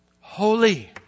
Holy